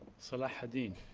salah ad-din.